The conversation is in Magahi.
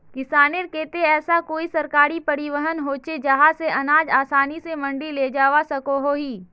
किसानेर केते ऐसा कोई सरकारी परिवहन होचे जहा से अनाज आसानी से मंडी लेजवा सकोहो ही?